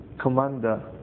commander